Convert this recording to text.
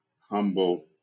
humble